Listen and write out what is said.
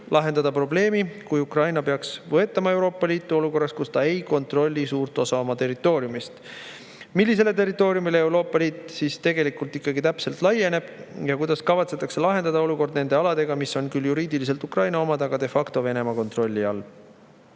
lahendada probleemi, kui Ukraina peaks võetama Euroopa Liitu olukorras, kus ta ei kontrolli suurt osa oma territooriumist. Millisele territooriumile Euroopa Liit siis tegelikult ikkagi täpselt laieneb ja kuidas kavatsetakse lahendada olukord nende aladega, mis on küll juriidiliselt Ukraina omad, agade factoVenemaa kontrolli all?